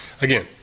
again